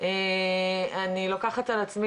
בכנסת,